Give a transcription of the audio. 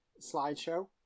slideshow